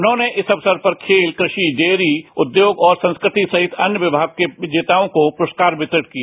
उन्होंने इस अवसर पर खेल कृषि डेयरी उद्योग और संस्कृति सहित अन्य विमाग के विजेताओं को पुरस्कार वितरित किए